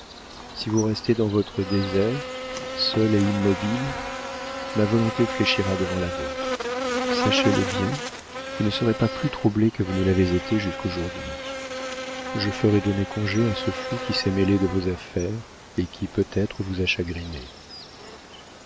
si vous restez dans votre désert seule et immobile ma volonté fléchira devant la vôtre sachez-le bien vous ne serez pas plus troublée que vous ne l'avez été jusqu'aujourd'hui je ferai donner congé à ce fou qui s'est mêlé de vos affaires et qui peut-être vous a chagrinée